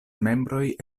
membroj